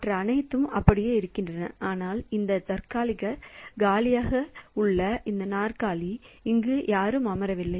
மற்ற அனைத்தும் அப்படியே இருக்கின்றன ஆனால் இந்த நாற்காலி காலியாக உள்ளது யாரும் இங்கு அமரவில்லை